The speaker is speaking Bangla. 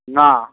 না